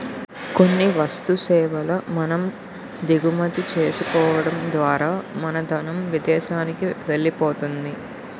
కొన్ని వస్తు సేవల మనం దిగుమతి చేసుకోవడం ద్వారా మన ధనం విదేశానికి వెళ్ళిపోతుంది